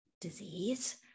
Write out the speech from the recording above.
disease